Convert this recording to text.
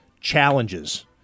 challenges—